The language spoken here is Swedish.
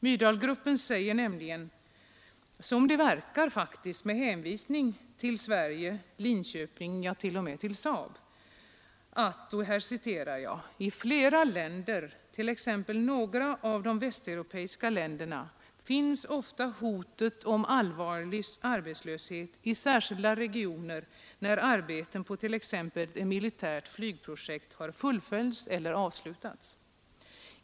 Myrdalgruppen säger nämligen, som det faktiskt verkar, med hänvisning till Sverige, Linköping och t.o.m. till SAAB, att ”i flera länder, t.ex. några av de västeuropeiska länderna finns ofta hotet om allvarlig arbetslöshet i särskilda regioner när arbeten på t.ex. ett militärt flygprojekt har fullföljts eller avslutats.